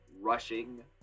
rushing